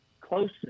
closeness